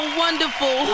wonderful